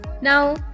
Now